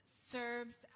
serves